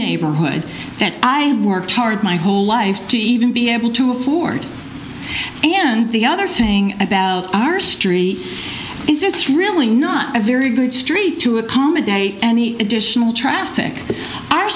neighborhood that i worked hard my whole life to even be able to afford and the other thing about our street is it's really not a very good street to accommodate any additional traffic our